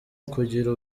ukugira